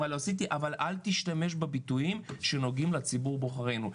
אבל אל תשתמש בביטויים שנוגעים לציבור בוחרינו.